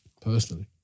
Personally